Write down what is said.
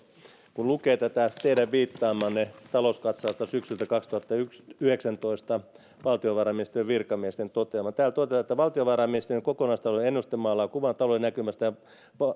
kun lukee tästä teidän viittaamastanne talouskatsauksesta syksyltä kaksituhattayhdeksäntoista valtiovarainministeriön virkamiesten toteamaa niin täällä todetaan että valtiovarainministeriön kokonaistaloudellinen ennuste maalaa kuvan talouden näkymästä ja